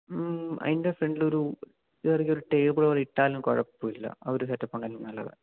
അതിൻ്റെ ഫ്രണ്ടിലൊരു ചെറിയൊരു ടേബിളിട്ടാലും കുഴപ്പമില്ല ആ ഒരു സെറ്റപ്പുണ്ടെങ്കില് നല്ലതാണ്